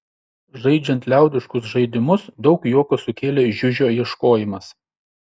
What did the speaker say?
žaidžiant liaudiškus žaidimus daug juoko sukėlė žiužio ieškojimas